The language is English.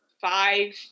five